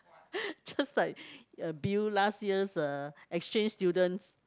just like uh Bill last year's uh exchange students